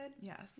Yes